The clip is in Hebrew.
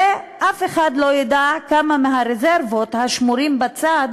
ואף אחד לא ידע כמה מהרזרבות השמורות בצד,